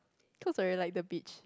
cause I really like the beach